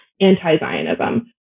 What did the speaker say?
anti-Zionism